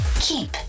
Keep